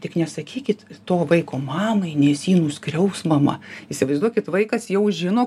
tik nesakykit to vaiko mamai nes jį nuskriaus mama įsivaizduokit vaikas jau žino